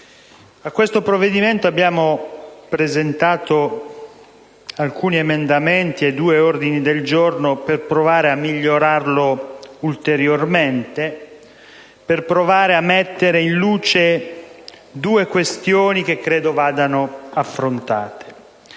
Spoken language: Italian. A questo provvedimento abbiamo presentato alcuni emendamenti e due ordini del giorno per provare a migliorarlo ulteriormente, per provare a mettere in luce due questioni che, credo, vadano affrontate.